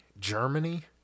Germany